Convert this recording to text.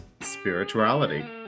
Spirituality